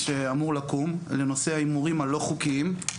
בהימורים באינטרנט בכלל?